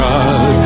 God